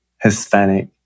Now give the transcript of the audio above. Hispanic